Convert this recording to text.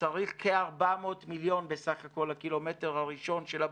וצריך כ-400 מיליון בסף הכול לקילומטר הראשון של הבתים.